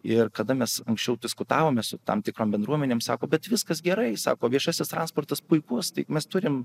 ir kada mes anksčiau diskutavome su tam tikrom bendruomenėm sako bet viskas gerai sako viešasis transportas puikus tai mes turim